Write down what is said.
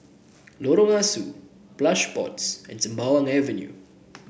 Lorong Ah Soo Plush Pods and Sembawang Avenue